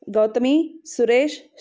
Gautami Suresh Srinath Mohan Yashoda